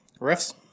Refs